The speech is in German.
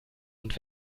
und